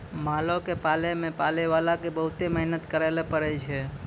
मालो क पालै मे पालैबाला क बहुते मेहनत करैले पड़ै छै